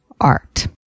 art